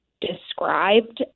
described